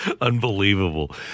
Unbelievable